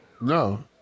No